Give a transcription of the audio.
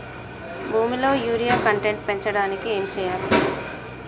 భూమిలో urea content పెంచడానికి ఏం చేయాలి?